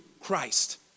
Christ